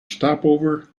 stopover